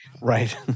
Right